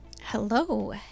Hello